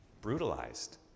brutalized